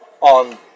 on